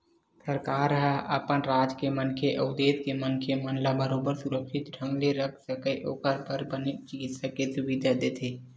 सरकार ह अपन राज के मनखे अउ देस के मनखे मन ला बरोबर सुरक्छित ढंग ले रख सकय ओखर बर बने चिकित्सा के सुबिधा देथे